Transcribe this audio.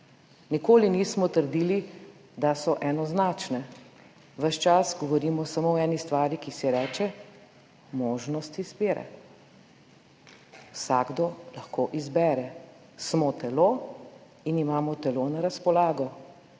nikoli nismo trdili, da so enoznačne, ves čas govorimo samo o eni stvari, ki se ji reče možnost izbire. Vsakdo lahko izbere. Smo telo in imamo telo na razpolago.